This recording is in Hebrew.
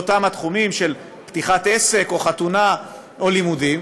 לאותם התחומים, של פתיחת עסק, חתונה או לימודים,